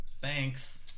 thanks